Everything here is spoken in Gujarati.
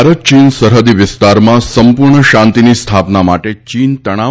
ભારત ચીન સરહદી વિસ્તારમાં સંપૂર્ણ શાંતિની સ્થાપના માટે ચીન તણાવ